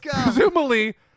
presumably